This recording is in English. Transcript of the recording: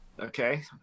Okay